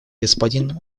господин